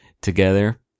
together